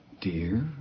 Dear